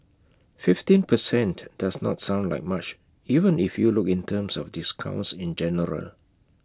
fifteen per cent does not sound like much even if you look in terms of discounts in general